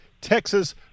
Texas